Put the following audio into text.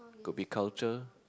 could be culture